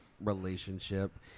relationship